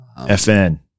FN